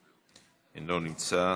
אינו נמצא,